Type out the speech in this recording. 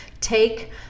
take